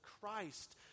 Christ